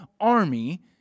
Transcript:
army